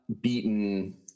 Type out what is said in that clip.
beaten